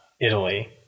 Italy